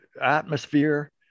atmosphere